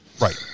right